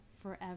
forever